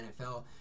NFL